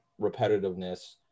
repetitiveness